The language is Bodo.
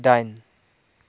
दाइन